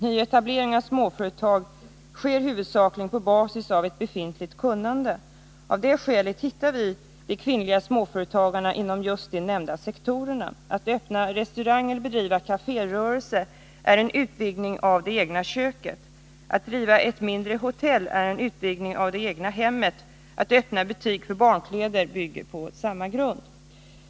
Nyetablering av småföretag sker huvudsakligen på basis av ett befintligt kunnande. Av det skälet hittar vi de kvinnliga småföretagarna inom just de nämnda sektorerna. Att öppna restaurang eller bedriva kaférörelse är en utvidgning av det egna köket. Att driva ett mindre hotell är en utvidgning av det egna hemmet. Att öppna butik för barnkläder bygger på samma grund.